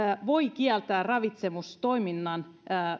voi kieltää ravitsemustoiminnan